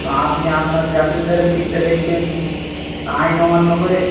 আপনি আপনার প্যাসেঞ্জারের দিকটা দেখবেন আইন অমান্য করে